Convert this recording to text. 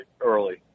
early